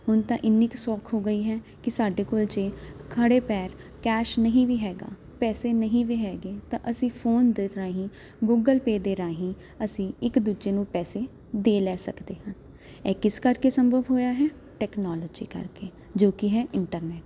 ਹੁਣ ਤਾਂ ਇੰਨੀ ਕੁ ਸੌਖ ਹੋ ਗਈ ਹੈ ਕਿ ਸਾਡੇ ਕੋਲ ਜੇ ਖੜੇ ਪੈਰ ਕੈਸ਼ ਨਹੀਂ ਵੀ ਹੈਗਾ ਪੈਸੇ ਨਹੀਂ ਵੀ ਹੈਗੇ ਤਾਂ ਅਸੀਂ ਫੋਨ ਦੇ ਰਾਹੀਂ ਗੂਗਲ ਪੇ ਦੇ ਰਾਹੀਂ ਅਸੀਂ ਇੱਕ ਦੂਜੇ ਨੂੰ ਪੈਸੇ ਦੇ ਲੈ ਸਕਦੇ ਹਾਂ ਇਹ ਕਿਸ ਕਰਕੇ ਸੰਭਵ ਹੋਇਆ ਹੈ ਟੈਕਨੋਲੋਜੀ ਕਰਕੇ ਜੋ ਕਿ ਹੈ ਇੰਟਰਨੈਟ